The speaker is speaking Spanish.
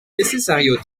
necesario